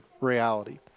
reality